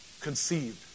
conceived